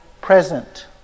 present